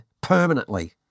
permanently